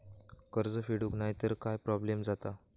कर्ज फेडूक नाय तर काय प्रोब्लेम जाता?